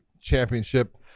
championship